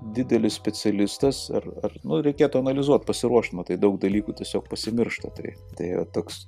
didelis specialistas ir ir nu reikėtų analizuot pasiruošt matai daug dalykų tiesiog pasimiršta tai tai va toks